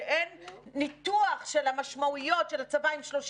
שאין ניתוח של המשמעויות של הצבא עם 30